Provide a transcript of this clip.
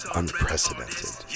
unprecedented